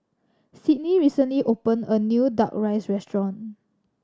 Sydnie recently opened a new Duck Rice restaurant